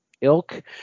Ilk